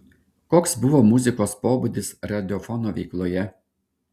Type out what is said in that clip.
koks buvo muzikos pobūdis radiofono veikloje